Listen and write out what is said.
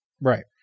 Right